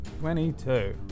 Twenty-two